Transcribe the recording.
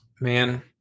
man